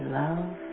love